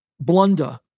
blunder